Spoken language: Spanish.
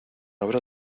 habrá